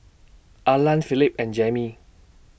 Arlan Philip and Jammie